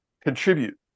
Contribute